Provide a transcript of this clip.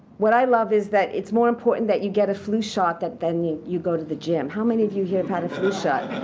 what i love is that it's more important that you get a flu shot than you you go to the gym. how many of you here have had a flu shot?